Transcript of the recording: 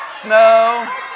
snow